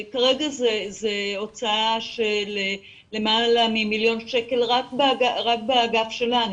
כרגע זה הוצאה של למעלה מ-1 מיליון שקל רק באגף שלנו,